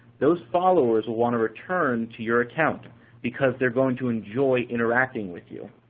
those followers will want to return to your account because they're going to enjoy interacting with you.